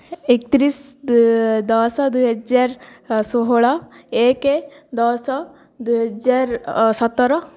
ଏକତିରିଶ ଦଶ ଦୁଇ ହଜାର ଷୋହଳ ଏକ ଦଶ ଦୁଇ ହଜାର ସତର